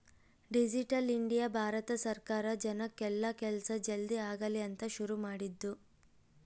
digital India Bharat ಸರ್ಕಾರ ಜನಕ್ ಎಲ್ಲ ಕೆಲ್ಸ ಜಲ್ದೀ ಆಗಲಿ ಅಂತ ಶುರು ಮಾಡಿದ್ದು